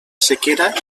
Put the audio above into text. sequera